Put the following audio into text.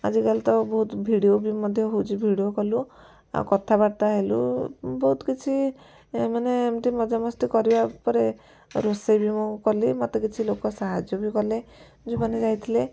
ଆଜିକାଲି ତ ବହୁତ ଭିଡ଼ିଓ ବି ମଧ୍ୟ ହେଉଛି ଭିଡ଼ିଓ କଲୁ ଆଉ କଥାବାର୍ତ୍ତା ହେଲୁ ବହୁତ କିଛି ମାନେ ଏମିତି ମଜାମସ୍ତି କରିବା ଉପରେ ରୋଷେଇ ବି ମୁଁ କଲି ମୋତେ କିଛି ଲୋକ ସାହାଯ୍ୟ ବି କଲେ ଯେଉଁମାନେ ଯାଇଥିଲେ